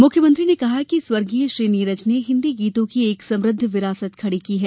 मुख्यमंत्री ने कहा कि स्वर्गीय श्री नीरज ने हिन्दी गीतों की एक समृद्ध विरासत खड़ी की है